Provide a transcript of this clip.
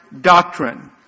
doctrine